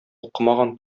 укымаган